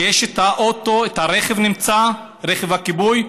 שיש את האוטו, הרכב נמצא, רכב הכיבוי,